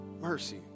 Mercy